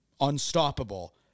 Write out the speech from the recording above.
unstoppable